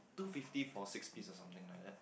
two fifty for six piece or something like that